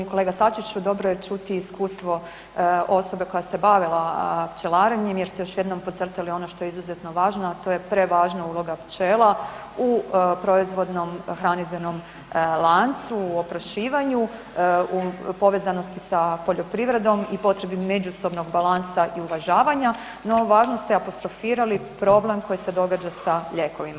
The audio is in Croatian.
Evo uvaženi kolega Sačiću dobro je čuti i iskustvo osobe koja se bavila pčelarenjem jer ste još jednom podcrtali ono što je izuzetno važno, a to je prevažna uloga pčela u proizvodnom hranidbenom lancu, u oprašivanju, u povezanosti sa poljoprivredom i potrebi međusobnog balansa i uvažavanja, no važno ste apostrofirali problem koji se događa sa lijekovima.